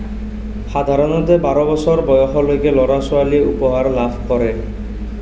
সাধাৰণতে বাৰ বছৰ বয়সলৈকে ল'ৰা ছোৱালীয়ে উপহাৰ লাভ কৰে